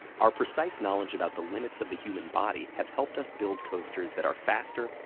our precise knowledge about the limits of the human body have helped us build coasters that are faster,